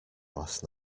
last